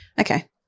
Okay